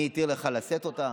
מי התיר לך לשאת אותה?